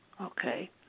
okay